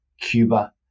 Cuba